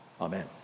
Amen